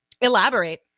Elaborate